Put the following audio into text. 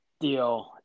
deal